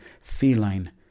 feline